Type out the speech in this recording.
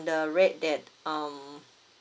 the rate that um